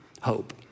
hope